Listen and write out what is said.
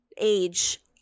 age